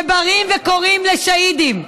שבאים וקוראים לשהידים,